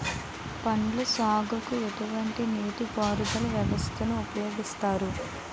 పండ్ల సాగుకు ఎటువంటి నీటి పారుదల వ్యవస్థను ఉపయోగిస్తారు?